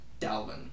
Dalvin